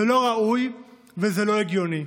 זה לא ראוי וזה לא הגיוני,